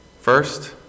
First